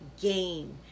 game